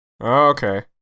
Okay